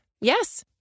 Yes